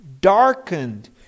darkened